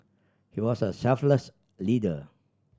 he was a selfless leader